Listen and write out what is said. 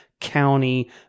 county